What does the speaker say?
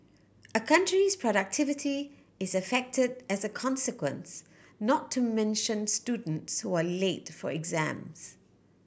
a country's productivity is affected as a consequence not to mention students who are late for exams